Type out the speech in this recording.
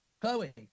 Chloe